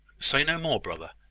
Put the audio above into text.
say no more, brother.